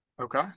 okay